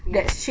ya